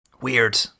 Weird